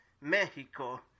Mexico